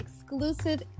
exclusive